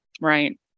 right